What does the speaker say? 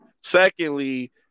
Secondly